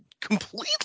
completely